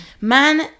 man